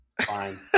Fine